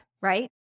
right